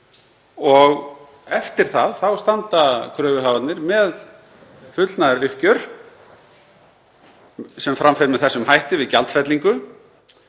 og eftir það þá standa kröfuhafarnir með fullnaðaruppgjör sem fram fer með þessum hætti við gjaldfellingu